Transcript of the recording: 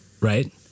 Right